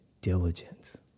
diligence